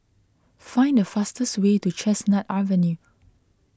find the fastest way to Chestnut Avenue